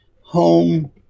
home